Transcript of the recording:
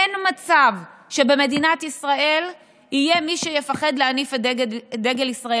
אין מצב שבמדינת ישראל יהיה מי שיפחד להניף את דגל ישראל.